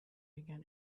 began